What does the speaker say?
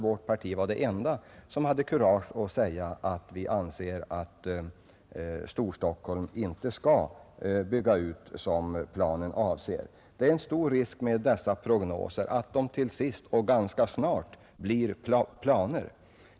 Vårt parti var det enda som hade kurage att säga att vi anser att Storstockholm inte skall byggas ut så som prognosen avser. Det är en stor risk med dessa prognoser att de till sist och ofta ganska snart blir planer.